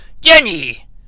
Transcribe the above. Jenny